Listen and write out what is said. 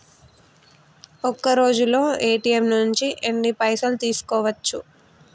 ఒక్కరోజులో ఏ.టి.ఎమ్ నుంచి ఎన్ని పైసలు తీసుకోవచ్చు?